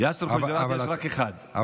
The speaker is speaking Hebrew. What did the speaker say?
יש רק אחד.